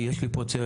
כי יש לי פה צוות,